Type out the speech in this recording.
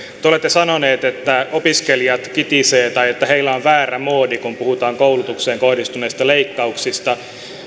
te olette sanoneet että opiskelijat kitisevät tai että heillä on väärä moodi kun puhutaan koulutukseen kohdistuneista leikkauksista